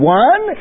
one